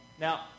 Now